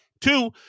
Two